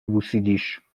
بوسیدیش